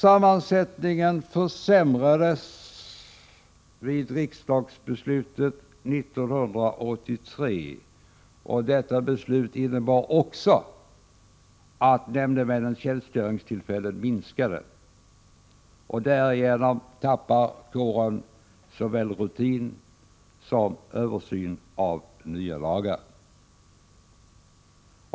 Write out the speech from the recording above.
Sammansättningen försämrades vid riksdagsbeslutet 1983. Det beslutet innebar också att nämndemännens tjänstgöringstillfällen minskade. Och därigenom tappar kåren såväl rutin som översyn av nya lagar.